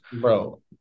Bro